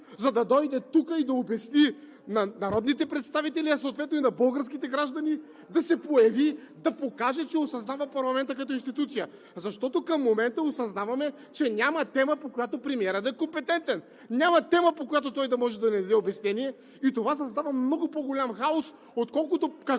за да дойде тук и да обясни на народните представители, а съответно и на българските граждани, да се появи, да покаже, че осъзнава парламента като институция? Защото към момента осъзнаваме, че няма тема, по която премиерът да е компетентен! Няма тема, по която той да може да даде обяснение и това създава много по-голям хаос, отколкото